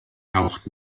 taucht